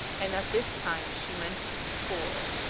and that this time she meant to score.